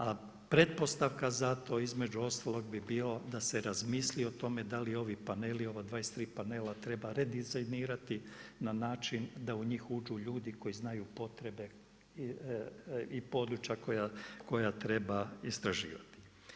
A pretpostavka za to između ostalog bi bilo da se razmisli o tome da li ovi paneli, ova 23 panela treba redizajnirati na način da u njih uđu ljudi koji znaju potrebe i područja koja treba istraživati.